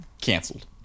canceled